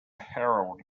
herald